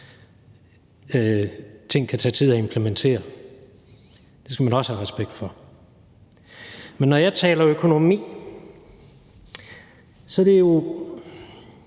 Ting kan tage tid at implementere, og det skal man også have respekt for. Men når jeg taler økonomi, er det jo,